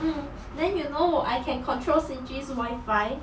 mm then you know 我 I can control sinju's wifi